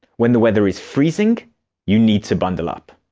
when the weather is freezing you need to bundle up.